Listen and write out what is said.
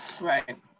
right